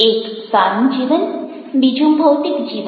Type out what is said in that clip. એક સારું જીવન બીજું ભૌતિક જીવન